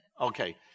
Okay